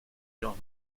los